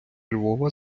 львова